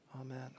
Amen